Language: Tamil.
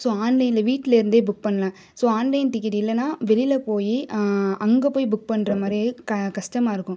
ஸோ ஆன்லைனில் வீட்டில் இருந்தே புக் பண்ணலாம் ஸோ ஆன்லைன் டிக்கெட் இல்லைன்னா வெளியில் போய் அங்கே போய் புக் பண்ணுற மாதிரியே கஷ்டமா இருக்கும்